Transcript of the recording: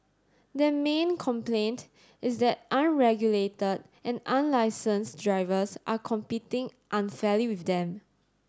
their main complaint is that unregulated and unlicensed drivers are competing unfairly with them